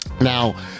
Now